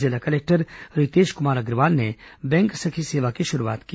जिला कलेक्टर रितेश कुमार अग्रवाल ने बैंक सखी सेवा की शुरूआत की